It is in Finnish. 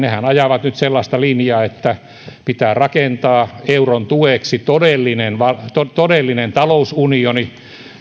ajavat nyt sellaista linjaa että pitää rakentaa euron tueksi todellinen talousunioni